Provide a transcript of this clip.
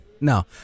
no